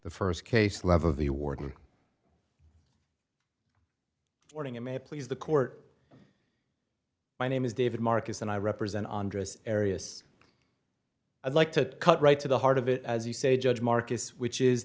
the first case level of the warden warning it may please the court my name is david marcus and i represent andras arius i'd like to cut right to the heart of it as you say judge marcus which is